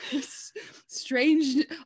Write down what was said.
strange